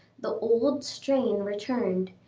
the old strain returned,